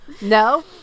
No